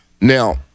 Now